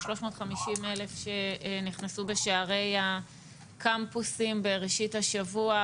כ-350,000 שנכנסו בשערי הקמפוסים בראשית השבוע,